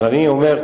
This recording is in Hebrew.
אבל אני אומר,